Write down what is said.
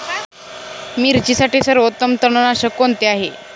मिरचीसाठी सर्वोत्तम तणनाशक कोणते आहे?